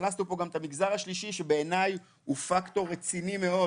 והכנסנו פה גם את המגזר השלישי שבעיניי הוא פקטור רציני מאוד